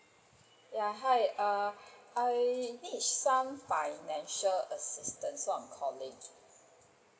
ya hi err I need some financial assistance so I'm calling